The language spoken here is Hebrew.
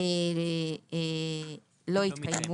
לא התקיימו